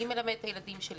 מי מלמד את הילדים שלי,